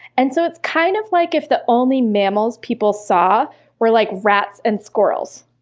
and so it's kind of like if the only mammals people saw were like rats and squirrels.